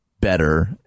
better